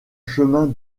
chemin